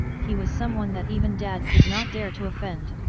he was someone that even dad could not dare to offend.